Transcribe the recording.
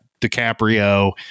DiCaprio